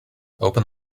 open